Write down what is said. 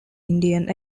indian